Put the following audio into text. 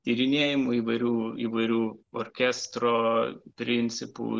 tyrinėjimų įvairių įvairių orkestro principų